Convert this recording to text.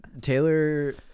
Taylor